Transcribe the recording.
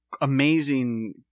amazing